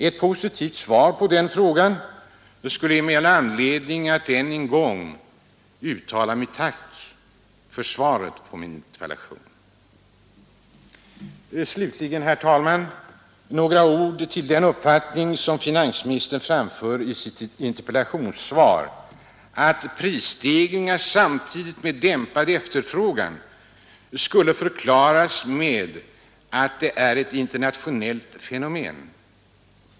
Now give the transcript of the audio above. Ett positivt svar på den frågan skulle ge mig anledning att än en gång uttala ett tack för svaret på min interpellation. Slutligen, herr talman, några ord om den uppfattning som finansministern framför i sitt interpellationssvar, att prisstegringar samtidigt med dämpad efterfrågan skulle förklaras med att detta är ett internatio nellt fenomen.